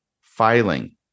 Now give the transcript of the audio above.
filing